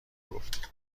گفتی